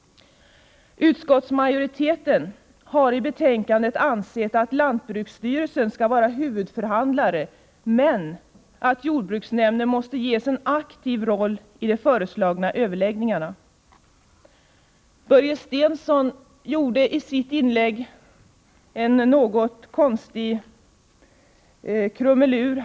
Utskottsmajoriteten har ansett att lantbruksstyrelsen skall vara huvudförhandlare men att jordbruksnämnden måste ges en aktiv roll i de föreslagna överläggningarna. Börje Stensson gjorde i sitt inlägg en något konstig krumelur.